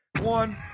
One